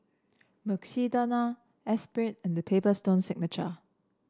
Mukshidonna Espirit and The Paper Stone Signature